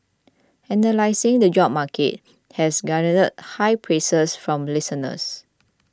analysing the job market has garnered high praise from listeners